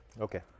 Okay